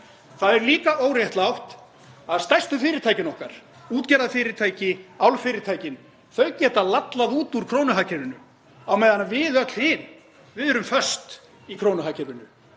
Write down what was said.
Það er líka óréttlátt að stærstu fyrirtækin okkar, útgerðarfyrirtækin, álfyrirtækin, geti labbað út úr krónuhagkerfinu á meðan við öll hin erum föst í krónuhagkerfinu.